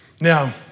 Now